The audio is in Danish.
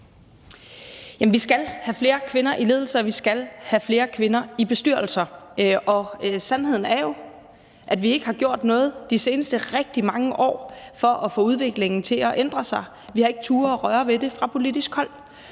vi skal have flere kvinder i ledelser, og vi skal have flere kvinder i bestyrelser, og sandheden er jo, at vi ikke har gjort noget de seneste rigtig mange år for at få udviklingen til at ændre sig. Vi har ikke turdet røre ved det fra politisk hold.